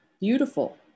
beautiful